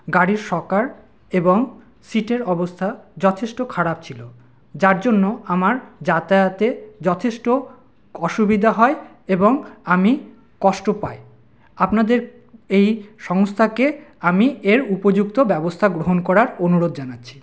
গাড়ির শকার এবং সিটের অবস্থা যথেষ্ট খারাপ ছিল যার জন্য আমার যাতায়াতে যথেষ্ট অসুবিধা হয় এবং আমি কষ্ট পাই আপনাদের এই সংস্থাকে আমি এর উপযুক্ত ব্যবস্থা গ্রহণ করার অনুরোধ জানাচ্ছি